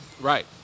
right